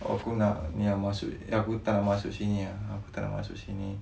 aku nak ni ah masuk eh aku tak nak masuk sini ah aku tak nak masuk sini